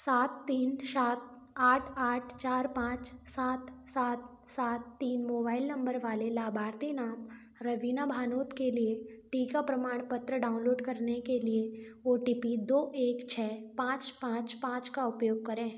सात तीन सात आठ आठ चार पाँच सात सात सात तीन मोबाइल नम्बर वाले लाभार्थी नाम रवीना भानोद के लिए टीका प्रमाणपत्र डाउनलोड करने के लिए ओ टी पी दो एक छः पाँच पाँच पाँच का उपयोग करें